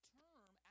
term